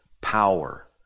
power